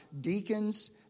deacons